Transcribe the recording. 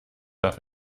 darf